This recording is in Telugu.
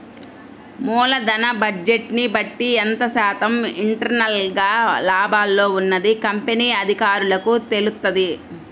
మూలధన బడ్జెట్ని బట్టి ఎంత శాతం ఇంటర్నల్ గా లాభాల్లో ఉన్నది కంపెనీ అధికారులకు తెలుత్తది